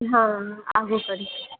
हँ आगू बढ़िऔ